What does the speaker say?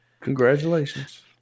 Congratulations